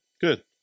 Good